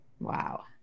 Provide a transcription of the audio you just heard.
Wow